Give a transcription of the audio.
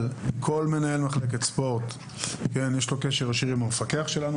אבל כל מנהל מחלקת ספורט יש לו קשר ישיר עם המפקח שלנו.